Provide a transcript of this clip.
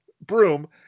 broom